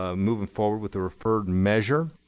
ah moving forward with the referred measure,